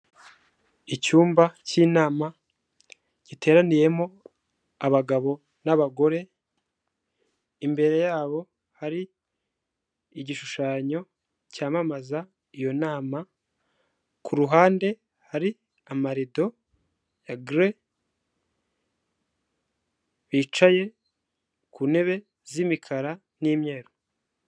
Icyumba cy'inama giteraniyemo abagabo n'abagore, imbere yabo hari igishushanyo cyamamaza iyo nama, ku ruhande hari amarido ya gre, bicaye ku ntebe z'imikara n'imyeru.